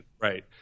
Right